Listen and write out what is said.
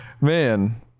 Man